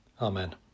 Amen